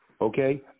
okay